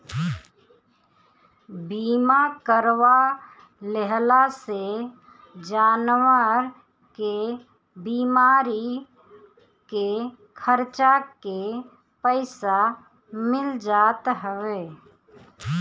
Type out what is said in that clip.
बीमा करवा लेहला से जानवर के बीमारी के खर्चा के पईसा मिल जात हवे